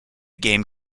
game